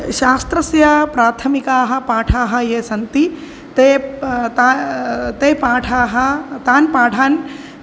शास्त्रस्य प्राथमिकाः पाठाः ये सन्ति ते प् ता ते पाठाः तान् पाठान्